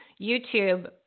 YouTube